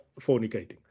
fornicating